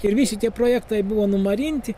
ir visi tie projektai buvo numarinti